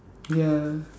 ya